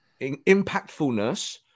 impactfulness